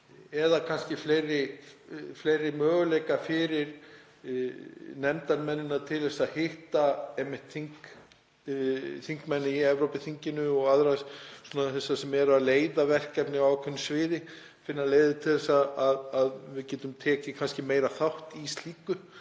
eða kannski fleiri möguleika fyrir nefndarmenn til að hitta þingmenn í Evrópuþinginu og þá sem eru að leiða verkefni á ákveðnu sviði, finna leiðir til að við getum tekið meiri þátt í slíku